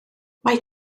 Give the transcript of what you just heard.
mae